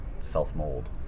self-mold